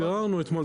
ביררנו אתמול,